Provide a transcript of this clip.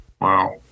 wow